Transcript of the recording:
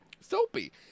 Soapy